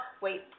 Wait